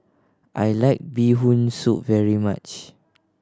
I like Bee Hoon Soup very much